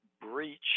breach